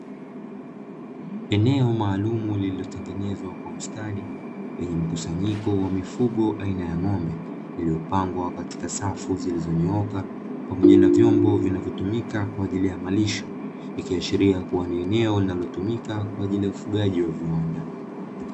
Eneo maalumu lililotengenezwa kwa ustadi, lenye mkusanyiko wa mifugo aina ya ng'ombe, iliyopangwa katika safu zilizonyooka pamija na vyombo vinavyotumika kwa ajili ya malisho, ikiashiria kuwa ni eneo linalotumika kwa ajili ya ufugaji wa viwanda.